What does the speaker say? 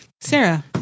Sarah